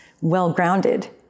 well-grounded